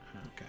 Okay